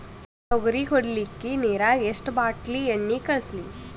ತೊಗರಿಗ ಹೊಡಿಲಿಕ್ಕಿ ನಿರಾಗ ಎಷ್ಟ ಬಾಟಲಿ ಎಣ್ಣಿ ಕಳಸಲಿ?